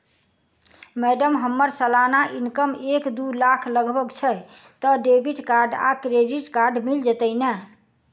Madam हम्मर सलाना income एक दु लाख लगभग छैय तऽ डेबिट कार्ड आ क्रेडिट कार्ड मिल जतैई नै?